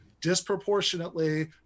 disproportionately